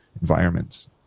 environments